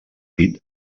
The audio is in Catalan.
pit